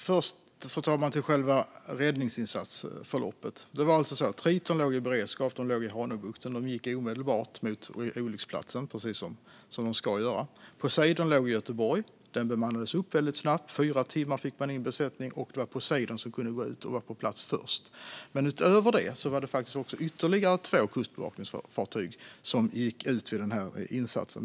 Fru talman! Jag börjar med själva räddningsinsatsförloppet. Det var alltså så att Triton låg i beredskap i Hanöbukten. Den gick omedelbart mot olycksplatsen, precis som den skulle göra. Poseidon låg i Göteborg. Den bemannades väldigt snabbt - på fyra timmar fick man in besättning - och det var Poseidon som kunde gå ut och vara på plats först. Utöver dessa var det ytterligare två kustbevakningsfartyg som gick ut vid den här insatsen.